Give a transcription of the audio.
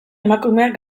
emakumeak